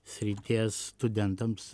srities studentams